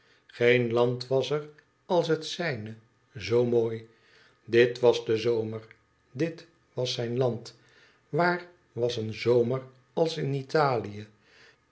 geen land was als het zijne zoo mooi dit was de zomer dit was zijn land waar was een zomer als in italie